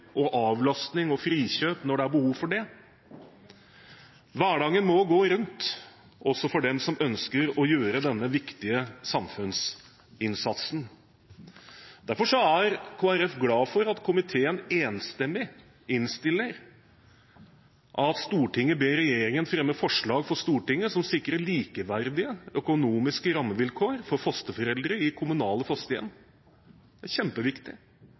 og avlastning og frikjøp når det er behov for det. Hverdagen må gå rundt, også for dem som ønsker å gjøre denne viktige samfunnsinnsatsen. Derfor er Kristelig Folkeparti glad for at komiteen enstemmig innstiller: «Stortinget ber regjeringen fremme forslag for Stortinget som sikrer likeverdige økonomiske rammevilkår for fosterforeldre i kommunale fosterhjem.» Det er kjempeviktig.